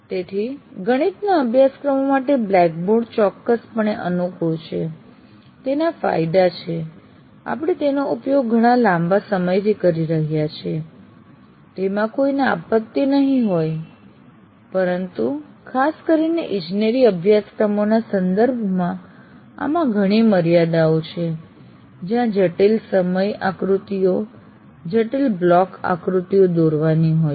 તેથી ગણિતના અભ્યાસક્રમો માટે બ્લેકબોર્ડ ચોક્કસપણે અનુકૂળ છે તેના ફાયદા છે આપણે તેનો ઉપયોગ ઘણા લાંબા સમયથી કરી રહ્યા છીએ તેમાં કોઈને આપત્તિ નહીં હોય પરંતુ ખાસ કરીને ઇજનેરી અભ્યાસક્રમોના સંદર્ભમાં આમાં ઘણી મર્યાદાઓ છે જ્યાં જટિલ સમય આકૃતિઓ જટિલ બ્લોક આકૃતિઓ દોરવાની હોય છે